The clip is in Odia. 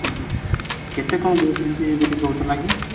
ହୁଁ ହୁଁ କେତେ କ'ଣ ଦେଉଛନ୍ତି ବୋଲି କହୁଥିଲା କି